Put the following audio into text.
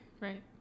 Right